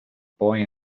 boy